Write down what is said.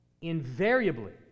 invariably